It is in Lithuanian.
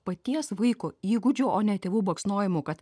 paties vaiko įgūdžiu o ne tėvų baksnojimu kad